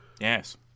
Yes